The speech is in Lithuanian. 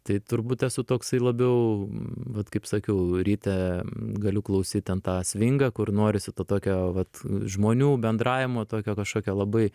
tai turbūt esu toksai labiau vat kaip sakiau ryte galiu klausyt ten tą svingą kur norisi to tokio vat žmonių bendravimo tokio kažkokio labai